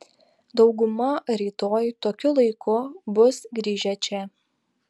dauguma rytoj tokiu laiku bus grįžę čia